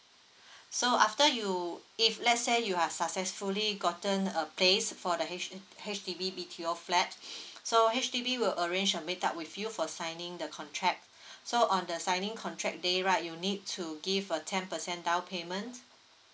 so after you if let say you are successfully gotten a place for the H H_D_B B_T_O flat so H_D_B will arrange a meet up with you for signing the contract so on the signing contract day right you need to give a ten percent down payment